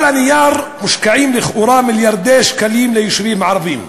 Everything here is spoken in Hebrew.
על הנייר מושקעים לכאורה מיליארדי שקלים ליישובים הערביים,